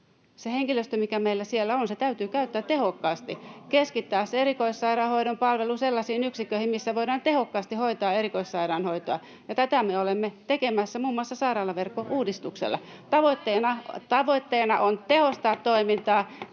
henkilöstö, mikä meillä siellä on, täytyy käyttää tehokkaasti, [Antti Kurvisen välihuuto] keskittää se erikoissairaanhoidon palvelu sellaisiin yksiköihin, missä voidaan tehokkaasti hoitaa erikoissairaanhoitoa, ja tätä me olemme tekemässä muun muassa sairaalaverkkouudistuksella. [Antti Kurvinen: